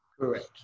Correct